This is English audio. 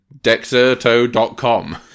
Dexerto.com